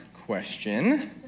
question